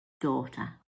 daughter